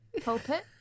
Pulpit